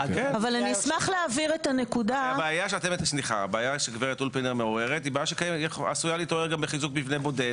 הבעיה שהעלתה הגברת אולפנר עשויה להתעורר גם בחיזוק מבנה בודד.